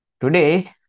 Today